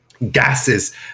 gases